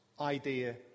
idea